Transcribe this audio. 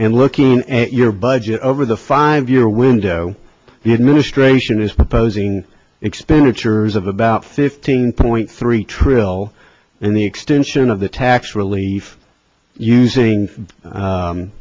and look at your budget over the five year window the administration is proposing expenditures of about fifteen point three trill in the extension of the tax relief using